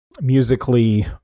musically